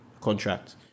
contract